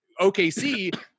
okc